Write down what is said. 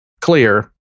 clear